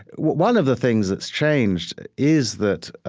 one of the things that's changed is that